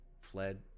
fled